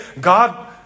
God